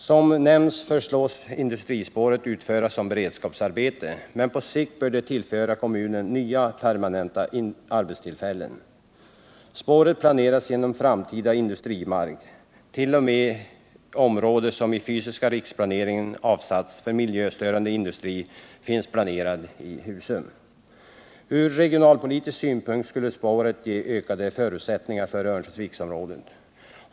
Som nämnts föreslås industrispåret utföras som beredskapsarbete, men på sikt bör det tillföra kommunen nya permanenta arbetstillfällen. Spåret planeras genom framtida industrimark. Där finns t.o.m. ett område som i den fysiska riksplaneringen har avsatts för miljöstörande industri. Ur regionalpolitisk synpunkt skulle spåret ge ökade förutsättningar för Örnsköldsviksområdet.